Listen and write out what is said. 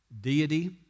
deity